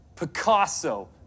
Picasso